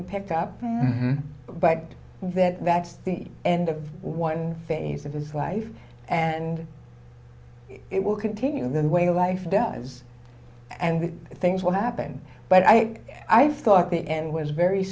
to pick up but that backs the end of one phase of his life and it will continue in the way of life does and things will happen but i i thought the end was very